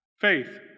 Faith